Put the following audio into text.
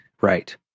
Right